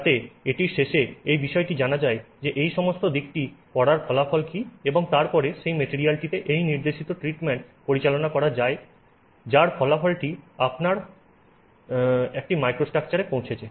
যাতে এটির শেষে এই বিষয়টি জানা যায় যে এই সমস্ত দিকটি করার ফলাফল কী এবং তারপরে সেই মেটেরিয়ালটিতে এই নির্দেশিত ট্রিটমেন্ট পরিচালনা করা যার ফলাফলটি হল আপনি একটি মাইক্রোস্ট্রাকচারে পৌঁছেছেন